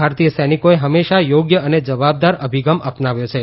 ભારતીય સૈનિકોએ હંમેશા યોગ્ય અને જવાબદાર અભિગમ અપનાવ્યો છે